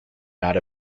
not